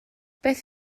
beth